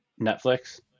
netflix